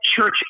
Church